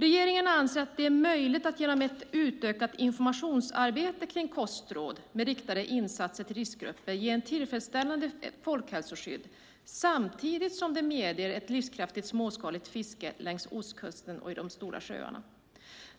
Regeringen anser att det är möjligt att genom ett utökat informationsarbete kring kostråd, med riktade insatser till riskgrupper, ge ett tillfredsställande folkhälsoskydd samtidigt som det medger ett livskraftigt småskaligt fiske längs Ostkusten och i de stora sjöarna.